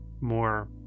more